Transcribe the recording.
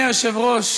אדוני היושב-ראש,